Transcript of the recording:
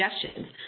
suggestions